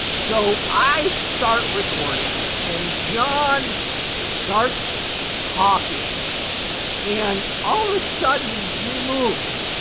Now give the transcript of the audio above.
so i start recording and john starts talking and all of a sudden he moves.